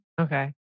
Okay